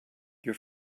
your